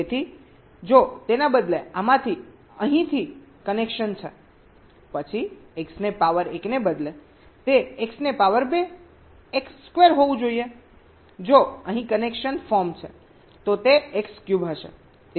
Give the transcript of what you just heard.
તેથી જો તેના બદલે આમાંથી અહીંથી કનેક્શન છે પછી x ને પાવર 1 ને બદલે તે x ને પાવર 2 x સ્ક્વેર હોવું જોઈએ જો અહીં કનેક્શન ફોર્મ છે તો તે x ક્યુબ હશે